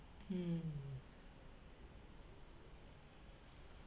hmm